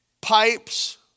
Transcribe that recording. pipes